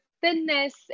thinness